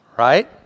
right